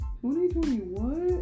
2021